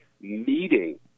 meeting